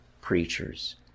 preachers